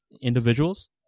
individuals